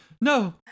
No